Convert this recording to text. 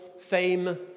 fame